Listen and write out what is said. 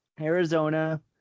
Arizona